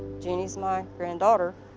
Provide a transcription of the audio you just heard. jeanie's my granddaughter.